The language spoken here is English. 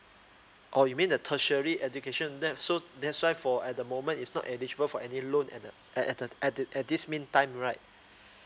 orh you mean the tertiary education that so that's why for at the moment is not eligible for any loan at the at at the at the at this meantime right